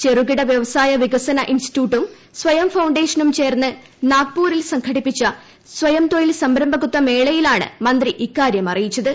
ചെറുകിട വൃവസായ വികസന ഇൻസ്റ്റിറ്റ്യൂട്ടും സ്വയം ഫൌണ്ടേഷനും ചേർന്ന് നാഗ്പൂരിൽ സംഘടിപ്പിച്ച സ്വയം തൊഴിൽ സംരംഭകത്വമേളയിലാണ് മന്ത്രി ഇക്കാര്യം അറിയിച്ചത്